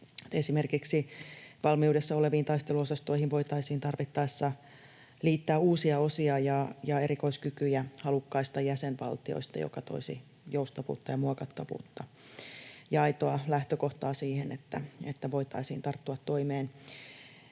Esimerkiksi valmiudessa oleviin taisteluosastoihin voitaisiin tarvittaessa liittää uusia osia ja erikoiskykyjä halukkaista jäsenvaltioista, mikä toisi joustavuutta ja muokattavuutta ja aitoa lähtökohtaa siihen, että voitaisiin tarttua toimeen.